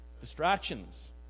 Distractions